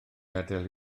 adael